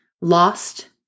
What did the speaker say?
lost